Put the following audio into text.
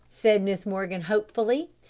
said mrs. morgan hopefully.